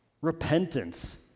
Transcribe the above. Repentance